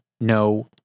no